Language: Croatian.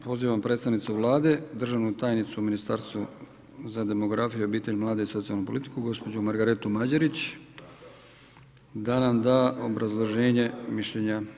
Pozivam predstavnicu Vlade, državnu tajnicu u Ministarstvu za demografiju, obitelj, mlade i socijalnu politiku gospođu Margaretu Mađerić da nam da obrazloženje mišljenja.